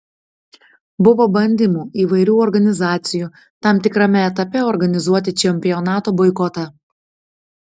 buvo bandymų įvairių organizacijų tam tikrame etape organizuoti čempionato boikotą